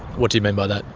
what do you mean by that?